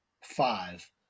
five